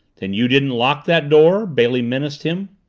then you didn't lock that door? bailey menaced him.